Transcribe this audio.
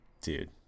Dude